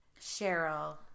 Cheryl